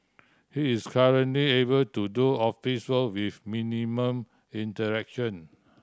he is currently able to do office work with minimal interaction